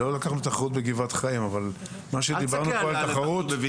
לא לקחנו תחרות בגבעת חיים אבל דיברנו פה על תחרות --- לא,